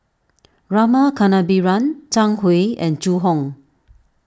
Rama Kannabiran Zhang Hui and Zhu Hong